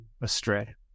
astray